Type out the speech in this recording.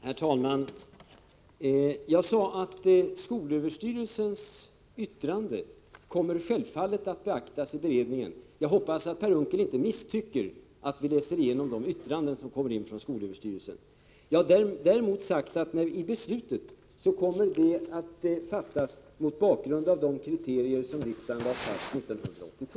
Herr talman! Jag sade att skolöverstyrelsens yttrande självfallet kommer att beaktas i beredningen. Jag hoppas att Per Unckel inte misstycker att vi läser igenom de yttranden som kommer från skolöverstyrelsen. Jag har däremot sagt att beslut kommer att fattas mot bakgrund av de kriterier som riksdagen lade fast 1982.